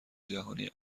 جهانی